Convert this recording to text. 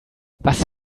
was